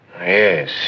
Yes